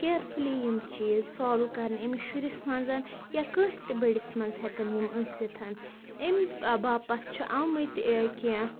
carefully یِم چیٖز سالُو کَرٕنۍ أمِس شُرِس منٛز یا کٲنٛسہِ تہِ بٔڈِس منٛز ہٮ۪کَن یِم ٲسِتھ أمۍ باپتھ چھِ آمٕتۍ کیٚنہہ